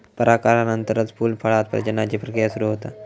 परागनानंतरच फूल, फळांत प्रजननाची प्रक्रिया सुरू होता